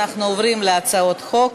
אנחנו עוברים להצעות חוק.